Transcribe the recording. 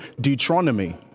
Deuteronomy